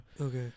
okay